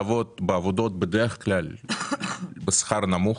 בגלל שמתחילים לעבוד בעבודות שבדרך כלל השכר בהן נמוך